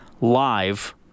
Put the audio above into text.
live